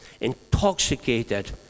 intoxicated